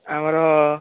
ଆମର